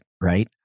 right